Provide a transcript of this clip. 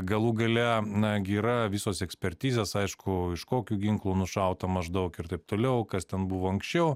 galų gale nagi yra visos ekspertizės aišku iš kokių ginklų nušauta maždaug ir taip toliau kas ten buvo anksčiau